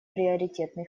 приоритетный